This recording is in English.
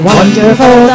Wonderful